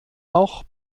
auch